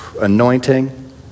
anointing